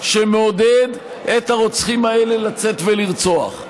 שמעודד את הרוצחים האלה לצאת ולרצוח.